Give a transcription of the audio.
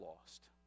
lost